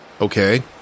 Okay